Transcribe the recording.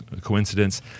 coincidence